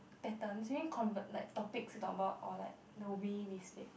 patterns you mean convert like topics talk about or the way we speak